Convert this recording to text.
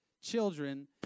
children